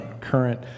current